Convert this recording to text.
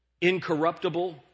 incorruptible